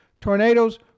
tornadoes